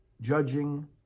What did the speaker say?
Judging